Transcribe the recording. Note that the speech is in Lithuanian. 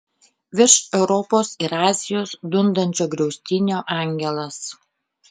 virš europos ir azijos dundančio griaustinio angelas